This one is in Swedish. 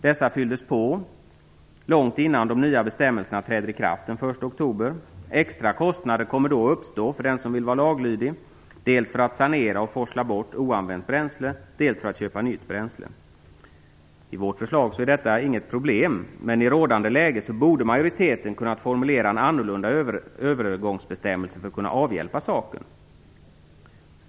Dessa fylldes på långt innan de nya bestämmelserna träder i kraft den 1 oktober. Extra kostnader kommer att uppstå för den som vill vara laglydig, dels för att sanera och forsla bort oanvänt bränsle, dels för att köpa nytt bränsle. I vårt förslag är detta inget problem, men i rådande läge borde majoriteten kunnat formulera en annorlunda övergångsbestämmelse för att avhjälpa saken.